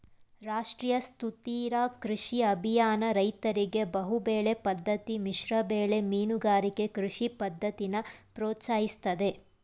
ರಾಷ್ಟ್ರೀಯ ಸುಸ್ಥಿರ ಕೃಷಿ ಅಭಿಯಾನ ರೈತರಿಗೆ ಬಹುಬೆಳೆ ಪದ್ದತಿ ಮಿಶ್ರಬೆಳೆ ಮೀನುಗಾರಿಕೆ ಕೃಷಿ ಪದ್ದತಿನ ಪ್ರೋತ್ಸಾಹಿಸ್ತದೆ